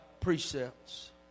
precepts